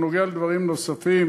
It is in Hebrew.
ונוגע לדברים נוספים.